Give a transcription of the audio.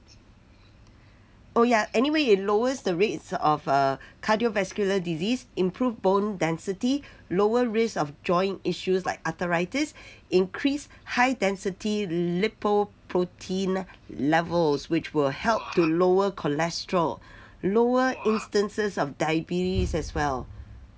oh ya anyway it lowers the rates of err cardiovascular disease improved bone density lower risk of joint issues like arthritis increase high density lipoprotein levels which will help to lower cholesterol lower instances of diabetes as well